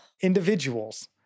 individuals